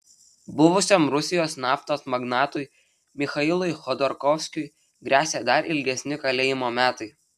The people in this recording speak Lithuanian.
buvusiam rusijos naftos magnatui michailui chodorkovskiui gresia dar ilgesni kalėjimo metai